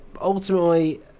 ultimately